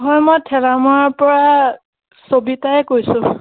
হয় মই ঠেলামৰাৰ পৰা চবিতায়ে কৈছোঁ